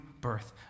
birth